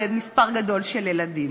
למספר גדול של ילדים.